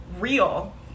real